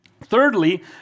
Thirdly